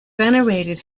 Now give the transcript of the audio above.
venerated